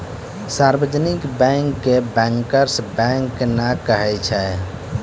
सार्जवनिक bank के bankers bank नै कहै छै